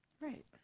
Right